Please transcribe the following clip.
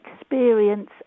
experience